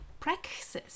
Practice